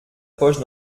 poche